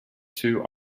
two